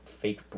fake